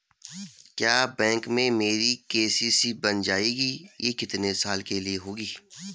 क्या बैंक में मेरी के.सी.सी बन जाएगी ये कितने साल के लिए होगी?